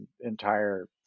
entire